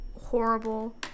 horrible